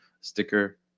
sticker